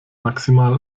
maximal